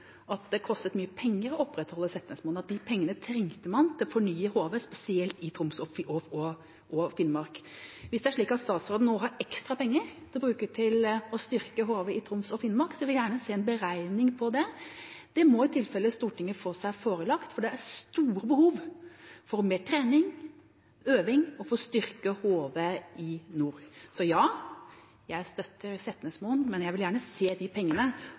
at det kostet mye penger å opprettholde Setnesmoen, at de pengene trengte man til å fornye HV, spesielt i Troms og Finnmark. Hvis det er slik at statsråden nå har ekstra penger å bruke til å styrke HV i Troms og Finnmark, vil jeg gjerne se en beregning på det. Det må i tilfelle Stortinget få seg forelagt, for det er store behov for mer trening og øving for å styrke HV i nord. Ja, jeg støtter Setnesmoen, men jeg vil gjerne se de pengene.